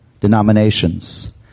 denominations